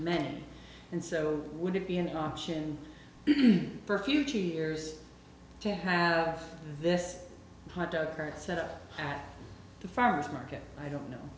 man and so would it be an option for future years to have this current set up at the farmer's market i don't know